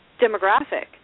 demographic